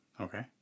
Okay